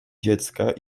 dziecka